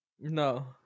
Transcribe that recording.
no